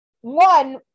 One